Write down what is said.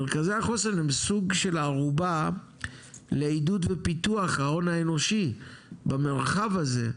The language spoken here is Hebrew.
מרכזי החוסן הם סוג של ערובה לעידוד ופיתוח ההון האנושי במרחב הזה,